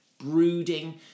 brooding